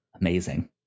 Amazing